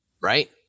Right